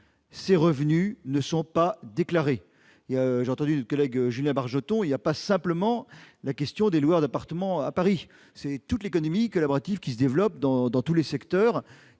ces revenus ne sont pas déclarés. J'ai bien entendu notre collègue Julien Bargeton, mais ne se pose pas simplement la question des loueurs d'appartements à Paris, avec Airbnb. C'est toute l'économie collaborative qui se développe, dans tous les secteurs